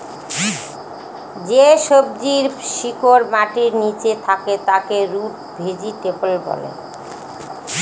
যে সবজির শিকড় মাটির নীচে থাকে তাকে রুট ভেজিটেবল বলে